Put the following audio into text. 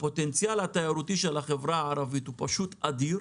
והפוטנציאל התיירותי של החברה הערבית הוא אדיר,